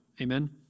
Amen